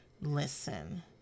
listen